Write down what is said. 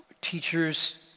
teachers